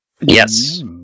Yes